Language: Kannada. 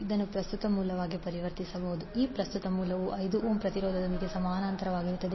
ಇದನ್ನು ಪ್ರಸ್ತುತ ಮೂಲವಾಗಿ ಪರಿವರ್ತಿಸಬಹುದು Is20∠ 90°54∠ 90° ಈ ಪ್ರಸ್ತುತ ಮೂಲವು 5 ಓಮ್ ಪ್ರತಿರೋಧದೊಂದಿಗೆ ಸಮಾನಾಂತರವಾಗಿರುತ್ತದೆ